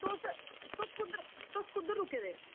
तुस कुद्धर तुस कुद्धर रुके दे